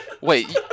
Wait